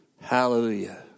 Hallelujah